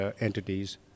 entities